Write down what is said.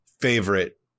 favorite